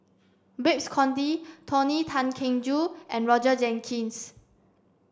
Babes Conde Tony Tan Keng Joo and Roger Jenkins